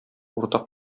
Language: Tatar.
уртак